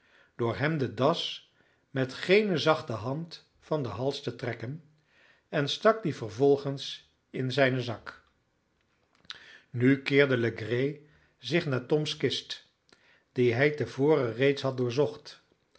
door hem de das met geene zachte hand van den hals te trekken en stak die vervolgens in zijnen zak nu keerde legree zich naar toms kist die hij te voren reeds had doorzocht